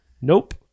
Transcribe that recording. nope